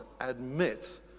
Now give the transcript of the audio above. admit